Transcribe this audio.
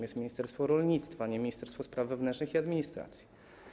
Jest nim ministerstwo rolnictwa, a nie Ministerstwo Spraw Wewnętrznych i Administracji.